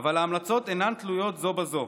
אבל ההמלצות אינן תלויות זו בזו,